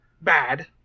bad